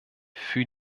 für